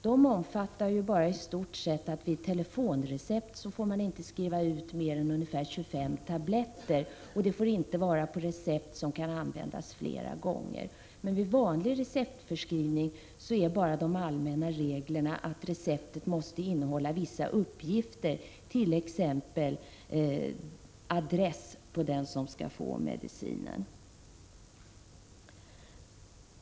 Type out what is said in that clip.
De omfattar i stort sett bara att man vid telefonrecept inte får skriva ut mer än ungefär 25 tabletter, och det får inte vara på recept som kan användas flera gånger. Vid vanlig receptförskrivning är de allmänna reglerna bara att receptet måste innehålla vissa uppgifter, t.ex. adressen för den som skall få medicinen.